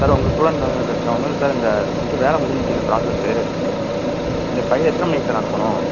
sir உங்கள் student தாங்க பேசுகிறோம் ஒன்றுல்ல சார் இந்த இது வேலை முடிஞ்சிவிட்டு எங்கள் ப்ராசஸ்ஸு இந்த ஃபைல் எத்தனை மணிக்கு சார் அனுப்பணும்